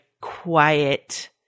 quiet